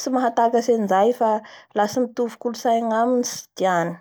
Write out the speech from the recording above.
tsy mahatakatsy anizay fa la tsy mitovy kolotsay agnaminy tsy tiany